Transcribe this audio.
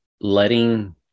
letting